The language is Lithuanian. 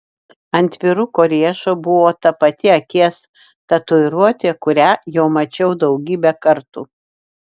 ant vyruko riešo buvo ta pati akies tatuiruotė kurią čia jau mačiau daugybę kartų